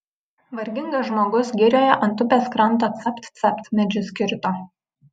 vargingas žmogus girioje ant upės kranto capt capt medžius kirto